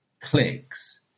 clicks